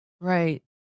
Right